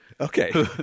okay